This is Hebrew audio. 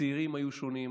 הצעירים היו שונים,